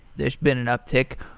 there's been an uptick.